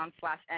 slash